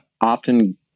often